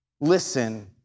listen